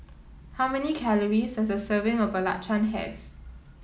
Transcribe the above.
how many calories does a serving of Belacan have